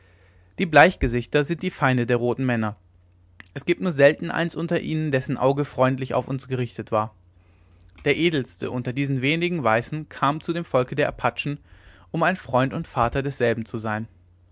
die bleichgesichter sind die feinde der roten männer es gibt nur selten eins unter ihnen dessen auge freundlich auf uns gerichtet war der edelste unter diesen wenigen weißen kam zu dem volke der apachen um ein freund und vater desselben zu sein